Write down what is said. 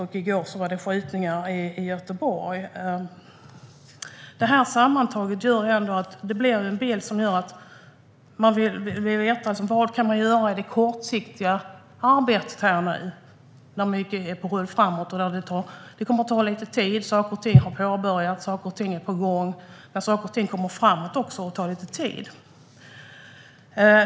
Och i går var det skjutningar i Göteborg. Det här leder sammantaget till att man vill veta vad som kan göras nu, i det kortsiktiga arbetet. Mycket är på rull framöver, men det kommer att ta lite tid. Saker och ting har påbörjats och är på gång. Men det kommer att ta lite tid.